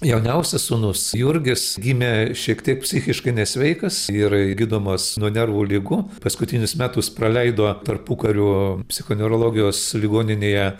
jauniausias sūnus jurgis gimė šiek tiek psichiškai nesveikas ir gydomas nuo nervų ligų paskutinius metus praleido tarpukariu psichoneurologijos ligoninėje